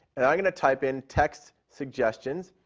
and i'm going to type in text suggestions.